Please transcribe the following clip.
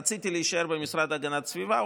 רציתי להישאר במשרד להגנת הסביבה.